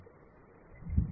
समझ रहे हैं